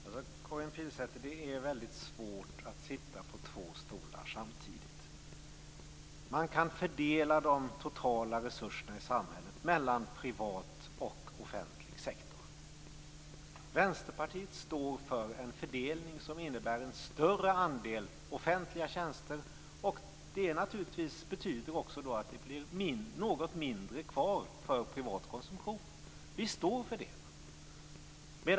Fru talman! Karin Pilsäter! Det är väldigt svårt att sitta på två stolar samtidigt. Man kan fördela de totala resurserna i samhället mellan privat och offentlig sektor. Vänsterpartiet står för en fördelning som innebär en större andel offentliga tjänster, och det betyder naturligtvis att det blir något mindre kvar för privat konsumtion. Vi står för det.